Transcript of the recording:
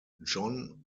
john